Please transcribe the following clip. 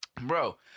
Bro